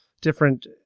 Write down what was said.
different